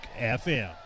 FM